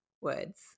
words